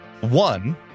one